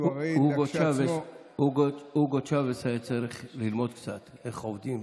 שהוא, הוגו צ'אווס היה צריך ללמוד קצת איך עובדים.